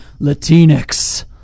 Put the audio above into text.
Latinx